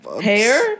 Hair